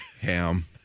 Ham